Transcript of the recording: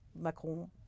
Macron